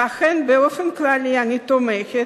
שבהן באופן כללי אני תומכת,